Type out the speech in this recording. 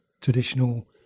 traditional